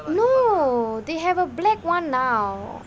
no they have a black [one] now